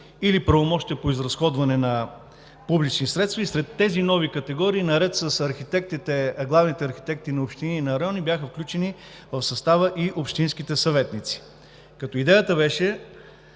или правомощия по изразходване на публични средства. Сред тези нови категории, наред с главните архитекти на общини и на райони, в състава бяха включени и общинските съветници. Идеята беше